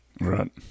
Right